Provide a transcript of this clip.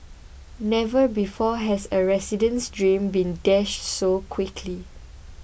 never before has a resident's dream been dashed so quickly